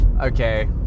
okay